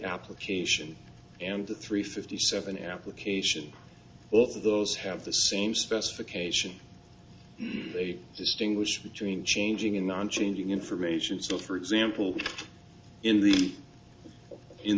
application and the three fifty seven application wealth of those have the same specifications they distinguish between changing a non changing information so for example in the in